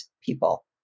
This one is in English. people